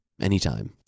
Anytime